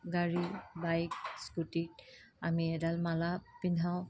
গাড়ী গাড়ী বাইক স্কুটীত আমি এডাল মালা পিন্ধাওঁ